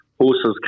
horses